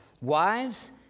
Wives